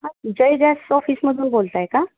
हां जय गॅस ऑफिसमधून बोलत आहे का